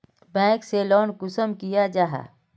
Bank से loan कुंसम लिया जाहा?